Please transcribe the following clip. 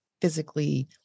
physically